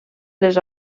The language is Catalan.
les